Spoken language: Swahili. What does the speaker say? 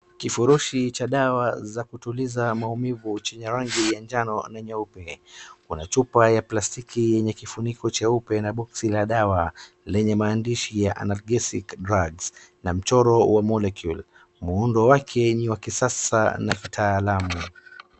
Kifurushi cha dawa za kutuliza maumivu chenye rangi ya njano na nyeupe, kuna chupa ya plastiki yenye kifuniko cheupe na boksi la dawa yenye maandishi anasthetic drugs na mchoro wa molecule , muundo wake ni wa kisasa na kitaalamu.